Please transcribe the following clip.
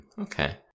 Okay